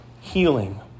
healing